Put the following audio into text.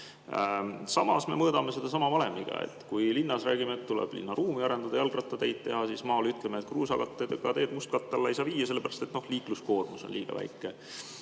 Samas me mõõdame seda sama valemiga. Linnas me räägime, et tuleb linnaruumi arendada, jalgrattateid teha, maal aga ütleme, et kruusakattega teed mustkatte alla ei saa viia, sellepärast et liikluskoormus on liiga väike.